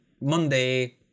monday